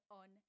on